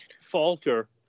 falter